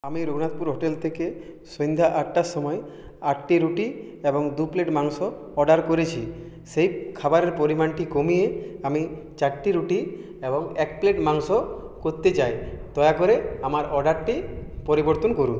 আমি রঘুনাথপুর হোটেল থেকে সন্ধ্যে আটটার সময় আটটি রুটি এবং দু প্লেট মাংস অর্ডার করেছি সেই খাবারের পরিমাণটি কমিয়ে আমি চারটি রুটি এবং এক প্লেট মাংস করতে চাই দয়া করে আমার অর্ডারটি পরিবর্তন করুন